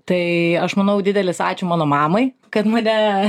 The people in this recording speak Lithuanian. tai aš manau didelis ačiū mano mamai kad mane